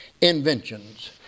inventions